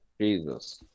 Jesus